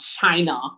China